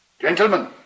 Gentlemen